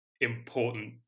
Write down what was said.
important